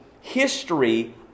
history